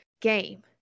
game